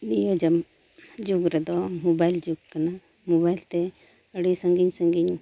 ᱱᱤᱭᱟᱹ ᱡᱩᱜᱽ ᱨᱮᱫᱚ ᱡᱩᱜᱽ ᱠᱟᱱᱟ ᱛᱮ ᱟᱹᱰᱤ ᱥᱟᱺᱜᱤᱧ ᱥᱟᱺᱜᱤᱧ